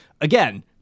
Again